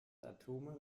atome